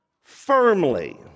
firmly